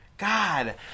God